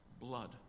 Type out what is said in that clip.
blood